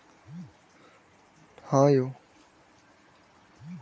मुर्गी पालन कम लागत मे शुरू होइ बला कृषि व्यवसाय छियै